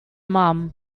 mum